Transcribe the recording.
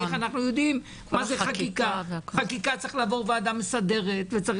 אנחנו יודעים מה זה חקיקה בחקיקה צריך לעבור ועדה מסדרת וצריך